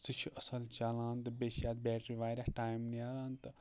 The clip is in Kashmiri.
سُہ چھُ اَصٕل چَلان تہٕ بیٚیہِ چھِ یَتھ بیٹری واریاہ ٹایم نیران تہٕ